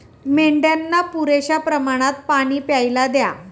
मेंढ्यांना पुरेशा प्रमाणात पाणी प्यायला द्या